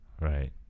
right